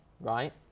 right